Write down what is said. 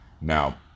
Now